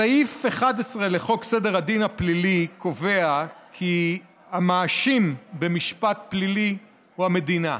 סעיף 11 לחוק סדר הדין הפלילי קובע כי המאשים במשפט פלילי הוא המדינה.